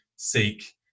seek